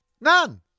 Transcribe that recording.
None